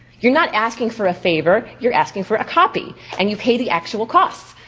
you're not asking for a favor, you're asking for a copy. and you pay the actual costs.